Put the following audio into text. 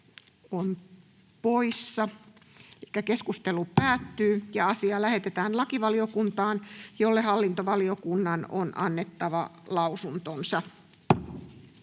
ehdottaa, että asia lähetetään lakivaliokuntaan, jolle hallintovaliokunnan on annettava lausuntonsa.